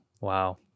Wow